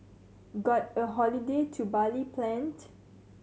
got a holiday to Bali planned